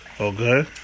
Okay